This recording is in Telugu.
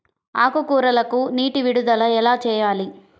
ఆకుకూరలకు నీటి విడుదల ఎలా చేయాలి?